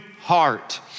heart